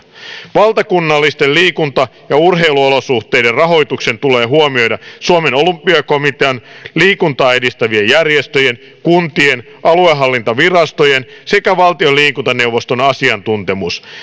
valtakunnallisten liikunta ja urheiluolosuhteiden rahoituksen tulee huomioida suomen olympiakomitean liikuntaa edistävien järjestöjen kuntien aluehallintovirastojen sekä valtion liikuntaneuvoston asiantuntemus